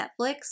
Netflix